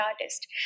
artist